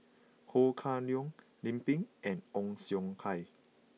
Ho Kah Leong Lim Pin and Ong Siong Kai